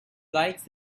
lights